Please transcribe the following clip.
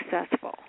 successful